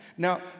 Now